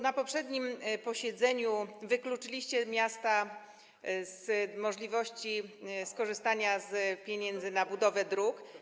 Na poprzednim posiedzeniu wykluczyliście miasta z możliwości skorzystania z pieniędzy na budowę dróg.